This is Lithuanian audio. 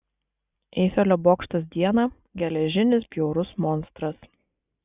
eifelio bokštas dieną geležinis bjaurus monstras